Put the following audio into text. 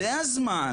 זה הזמן,